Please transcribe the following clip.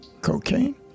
cocaine